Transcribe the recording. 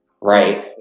Right